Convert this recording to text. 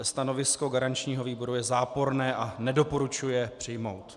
Stanovisko garančního výboru je záporné a nedoporučuje přijmout.